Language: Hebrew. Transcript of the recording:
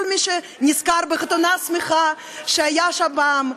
כל מי שנזכר בחתונה שמחה שהיה בה פעם,